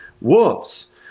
wolves